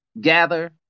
gather